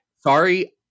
Sorry